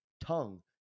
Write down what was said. tongue